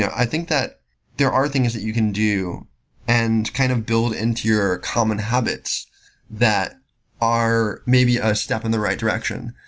i think that there are things that you can do and kind of build into your common habits that are maybe a step in the right direction.